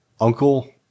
uncle